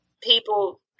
people